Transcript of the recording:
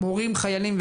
מורים חיילים,